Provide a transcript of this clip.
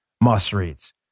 Must-reads